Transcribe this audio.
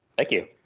thank you.